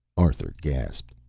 arthur gasped.